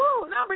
number